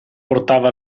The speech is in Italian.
portava